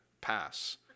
pass